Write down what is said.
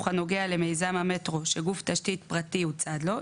הנוגע למיזם המטרו שגוף תשתית פרטי הוא צד לו,